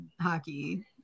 hockey